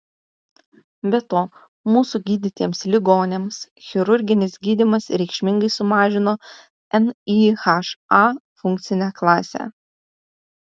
be to mūsų gydytiems ligoniams chirurginis gydymas reikšmingai sumažino nyha funkcinę klasę